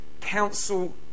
council